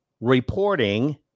reporting